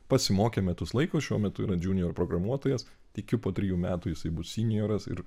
pasimokė metus laiko šiuo metu yra džiunier programuotojas tikiu po trijų metų jisai synioras ir